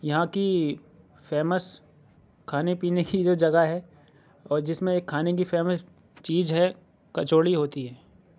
یہاں کی فیمش کھانے پینے کی جو جگہ ہے اور جس میں کھانے کی فیمش چیز ہے کچوڑی ہوتی ہے